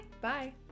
Bye